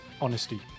honesty